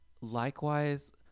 likewise